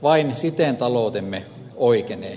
vain siten taloutemme oikenee